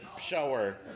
shower